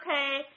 okay